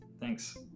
Thanks